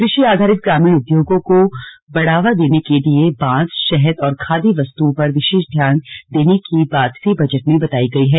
कृषि आधारित ग्रामीण उद्योगों को बढ़ावा देने के लिए बांस शहद और खादी वस्तुओं पर विशेष ध्यान देने की बात भी बजट में बताई गई है